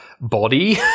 body